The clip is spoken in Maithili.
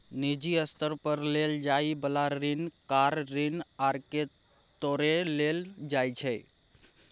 निजी स्तर पर लेल जाइ बला ऋण कार ऋण आर के तौरे लेल जाइ छै